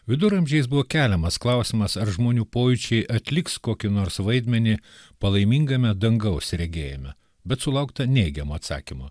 viduramžiais buvo keliamas klausimas ar žmonių pojūčiai atliks kokį nors vaidmenį palaimingame dangaus regėjime bet sulaukta neigiamo atsakymo